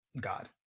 god